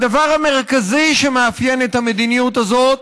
הדבר המרכזי שמאפיין את המדיניות הזאת